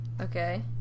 Okay